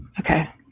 okay.